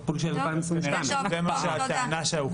הפול של 2022. כנראה שזה מה שהטענה שהוקפא.